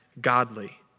godly